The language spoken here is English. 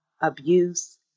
abuse